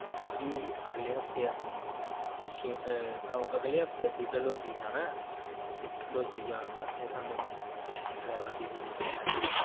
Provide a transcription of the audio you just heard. ਕਿਉਂਕਿ ਅਗਲੇ ਹਫਤੇ ਅਸੀਂ ਸ਼ਿ ਅਗਲੇ ਹਫਤੇ ਅਸੀਂ ਡਲਹੋਜੀ ਜਾਣਾ ਅਤੇ ਡਲਹੋਜੀ ਜਾਣ ਵਾਸਤੇ ਸਾਨੂੰ ਡਰਾਈਵਰ ਦੀ ਜ਼ਰੂਰਤ ਪੈਣੀ ਆ